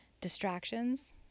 distractions